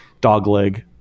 dogleg